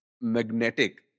magnetic